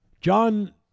John